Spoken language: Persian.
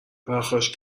پرخاش